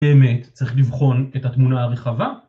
באמת צריך לבחון את התמונה הרחבה...